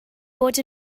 bod